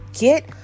get